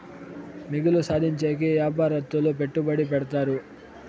మిగులు సాధించేకి యాపారత్తులు పెట్టుబడి పెడతారు